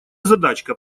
задачка